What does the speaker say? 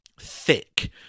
thick